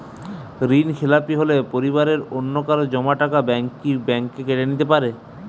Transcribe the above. ঋণখেলাপি হলে পরিবারের অন্যকারো জমা টাকা ব্যাঙ্ক কি ব্যাঙ্ক কেটে নিতে পারে?